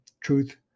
truth